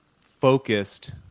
focused